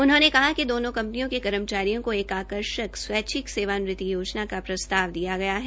उन्होंने कहा कि दोनो कंपनियों के कर्मचारियों को एक आकर्षक स्वैच्छिक सेवानिवृति योजना का प्रस्ताव दिया गया है